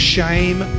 Shame